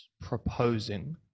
proposing